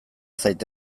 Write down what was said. zait